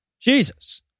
Jesus